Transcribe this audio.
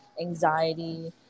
anxiety